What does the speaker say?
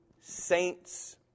saints